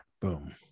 Boom